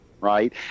right